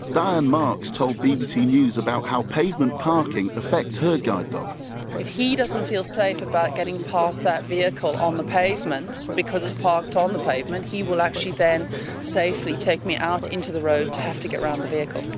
diane marks told bbc news about how pavement parking affects her guide dog if he doesn't feel safe about getting past that vehicle on the pavement because it's parked on the pavement, he will actually then safely take me out into the road to have to get around the vehicle.